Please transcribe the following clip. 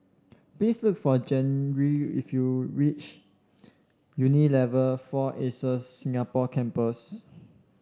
please look for Geri if you reach Unilever Four Acres Singapore Campus